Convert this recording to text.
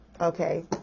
okay